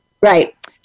Right